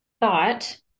thought